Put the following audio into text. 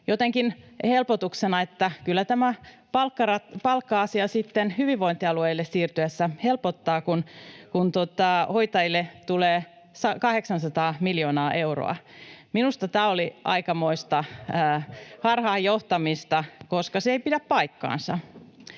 jotenkin helpotuksena, että kyllä tämä palkka-asia sitten hyvinvointialueille siirryttäessä helpottaa, kun hoitajille tulee 800 miljoonaa euroa. Minusta tämä oli aikamoista harhaan johtamista, koska se ei pidä paikkaansa.